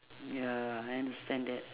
ya I understand that